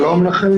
שלום לכם,